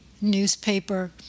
newspaper